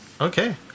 Okay